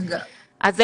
כמובן שייערך --- אז,